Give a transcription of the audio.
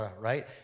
right